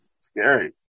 Scary